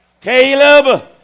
Caleb